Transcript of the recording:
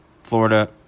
Florida